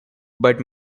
but